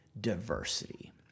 diversity